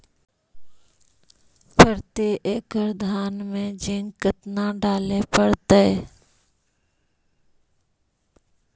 प्रती एकड़ धान मे जिंक कतना डाले पड़ताई?